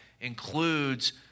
includes